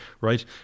right